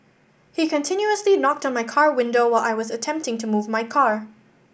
he continuously knocked on my car window while I was attempting to move my car